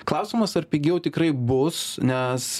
klausimas ar pigiau tikrai bus nes